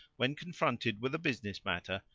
when confronted with a business matter,